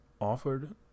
offered